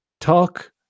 Talk